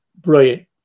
brilliant